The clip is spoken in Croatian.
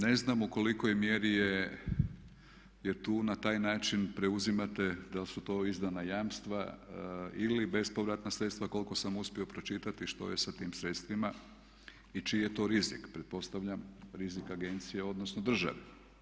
Ne znam u kolikoj mjeri je tu, na taj način preuzimate, da li su to izdana jamstva ili bespovratna sredstva koliko sam uspio pročitati, što je sa tim sredstvima i čiji je to rizik, pretpostavljam rizik agencije odnosno države.